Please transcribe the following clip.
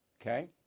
Okay